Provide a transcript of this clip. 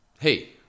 hey